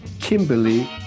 Kimberly